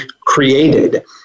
created